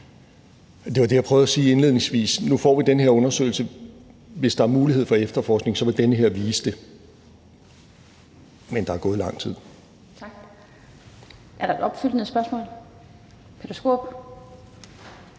Det var det, jeg prøvede at sige indledningsvis. Nu får vi den her undersøgelse, og hvis der er mulighed for efterforskning, vil den vise det. Men der er gået lang tid. Kl. 16:44 Den fg. formand